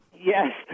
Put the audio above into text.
Yes